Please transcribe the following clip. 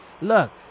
Look